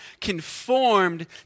conformed